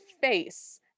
face